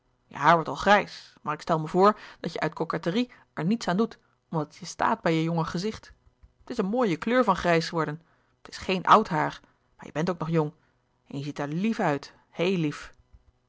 wordt al grijs maar ik stel me voor dat je uit coquetterie er niets aan doet omdat het je staat bij je jonge gezicht het is een mooie kleur van grijs louis couperus de boeken der kleine zielen worden het is geen oud haar maar je bent ook nog jong en je ziet er lief uit heel lief